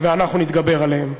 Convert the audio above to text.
ואנחנו נתגבר עליהם.